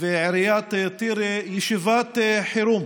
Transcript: ועיריית טירה, ישיבת חירום